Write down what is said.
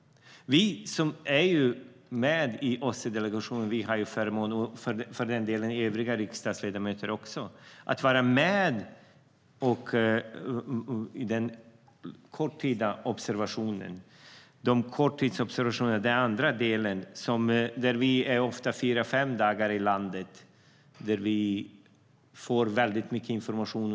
Vi som är med i OSSE-delegationen, och för den delen också övriga riksdagsledamöter, har förmånen att vara med i den korttida observationen. Det är den andra delen där vi ofta är fyra fem dagar i landet. Vi får väldigt mycket information.